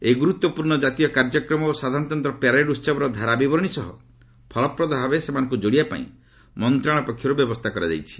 ଏହି ଗୁରୁତ୍ୱପୂର୍ଣ୍ଣ ଜାତୀୟ କାର୍ଯ୍ୟକ୍ରମ ଓ ସାଧାରଣତନ୍ତ୍ର ପ୍ୟାରେଡ୍ ଉତ୍ସବର ଧାରା ବିବରଣୀ ସହ ଫଳପ୍ରଦ ଭାବେ ସେମାନଙ୍କୁ ଯୋଡ଼ିବା ପାଇଁ ମନ୍ତ୍ରଣାଳୟ ପକ୍ଷରୁ ବ୍ୟବସ୍ଥା କରାଯାଇଛି